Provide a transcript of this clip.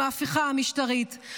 עם ההפיכה המשטרתית,